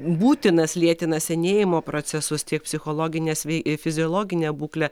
būtinas lėtina senėjimo procesus tiek psichologines bei fiziologinę būklę